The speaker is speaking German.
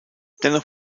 dennoch